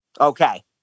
Okay